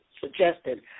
suggested